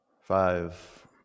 five